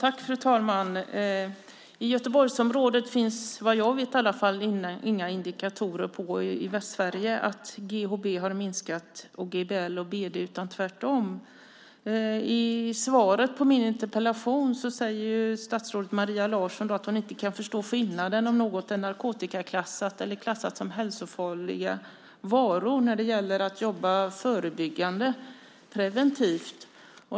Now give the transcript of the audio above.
Fru talman! I Göteborgsområdet och Västsverige finns, vad jag vet, i alla fall inga indikatorer på att GHB, GBL och BD har minskat, utan tvärtom. I svaret på min interpellation säger statsrådet Maria Larsson att hon inte kan förstå skillnaden mellan om något är narkotikaklassat eller klassat som hälsofarliga varor när det gäller att jobba förebyggande, preventivt.